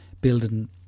building